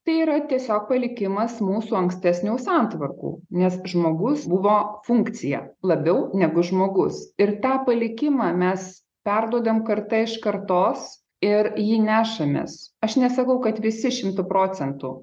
tai yra tiesiog palikimas mūsų ankstesnių santvarkų nes žmogus buvo funkcija labiau negu žmogus ir tą palikimą mes perduodam karta iš kartos ir jį nešamės aš nesakau kad visi šimtu procentų